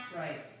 right